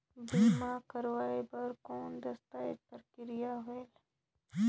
बीमा करवाय बार कौन दस्तावेज प्रक्रिया होएल?